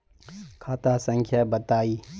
खाता संख्या बताई?